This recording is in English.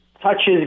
touches